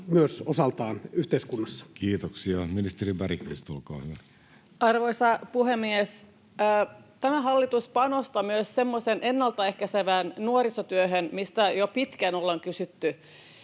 mukana yhteiskunnassa? Kiitoksia. — Ministeri Bergqvist, olkaa hyvä. Arvoisa puhemies! Tämä hallitus panostaa myös semmoiseen ennaltaehkäisevään nuorisotyöhön, mitä jo pitkään ollaan kysytty.